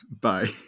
Bye